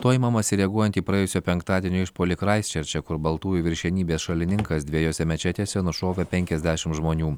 to imamasi reaguojant į praėjusio penktadienio išpuolį kraistčerče kur baltųjų viršenybės šalininkas dviejose mečetėse nušovė penkiasdešim žmonių